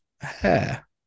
hair